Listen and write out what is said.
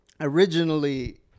originally